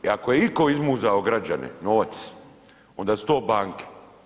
I ako je itko izmuzao građane novac, onda su to banke.